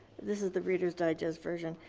this is the reader's digest version.